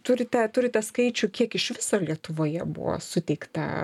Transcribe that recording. turite turite skaičių kiek iš viso lietuvoje buvo suteikta